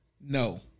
No